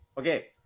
Okay